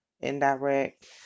indirect